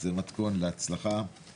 זה מתכון להצלחה.